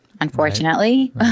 unfortunately